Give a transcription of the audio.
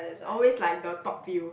always like the top few